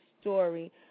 story